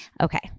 Okay